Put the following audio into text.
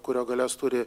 kurio galias turi